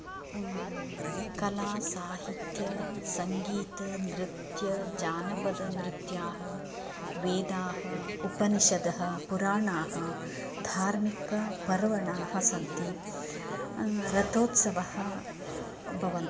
कलासाहित्यसङ्गीतनृत्यजानपदनृत्याः वेदाः उपनिषदः पुराणाः धार्मिकपर्वणाः सन्ति रथोत्सवः भवन्ति